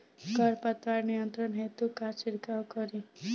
खर पतवार नियंत्रण हेतु का छिड़काव करी?